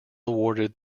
awarded